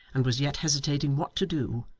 and was yet hesitating what to do,